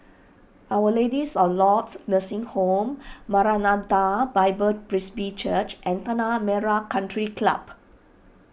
Our Ladies of Lourdes Nursing Home Maranatha Bible Presby Church and Tanah Merah Country Club